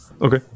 Okay